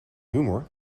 humor